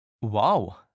Wow